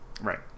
right